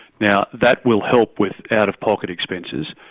now that will help with out-of-pocket expenses,